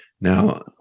Now